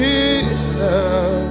Jesus